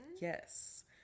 Yes